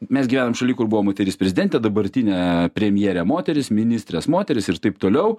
mes gyvenam šaly kur buvo moteris prezidentė dabartinė premjerė moteris ministrės moterys ir taip toliau